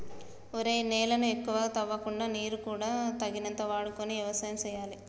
ఒరేయ్ నేలను ఎక్కువగా తవ్వకుండా నీరు కూడా తగినంత వాడుకొని యవసాయం సేయాలి